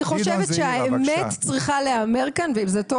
אני חושבת שהאמת צריכה להיאמר כאן וזה טוב